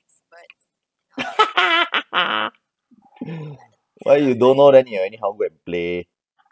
why you don't know then you anyhow go and play